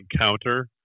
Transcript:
counter